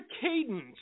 cadence